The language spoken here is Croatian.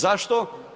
Zašto?